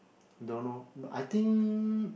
don't know but I think